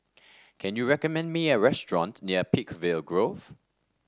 can you recommend me a restaurant near Peakville Grove